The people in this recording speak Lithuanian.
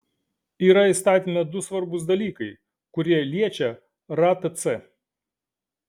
yra įstatyme du svarbūs dalykai kurie liečia ratc